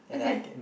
and then